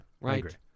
Right